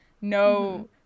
no